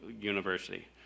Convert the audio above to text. University